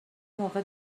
موقع